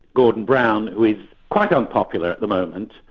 gordon brown, who is quite unpopular at the moment,